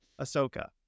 Ahsoka